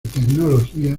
tecnología